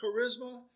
charisma